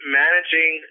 managing